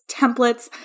templates